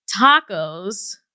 tacos